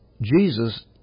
Jesus